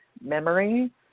memory